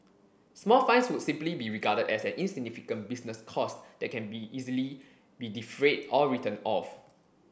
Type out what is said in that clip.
small fines would simply be regarded as an insignificant business cost that can be easily be defrayed or written off